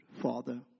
Father